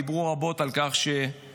דיברו רבות על כך שצד"ל,